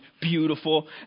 beautiful